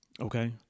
okay